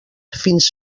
fins